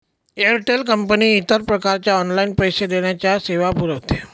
Airtel company इतर प्रकारच्या online पैसे देण्याच्या सेवा पुरविते